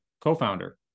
co-founder